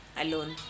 alone